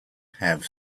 have